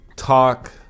talk